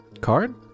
Card